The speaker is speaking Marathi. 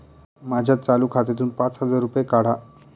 माझ्या चालू खात्यातून पाच हजार रुपये काढा